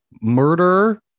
Murder